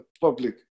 public